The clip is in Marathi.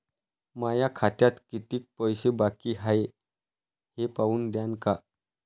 माया खात्यात कितीक पैसे बाकी हाय हे पाहून द्यान का?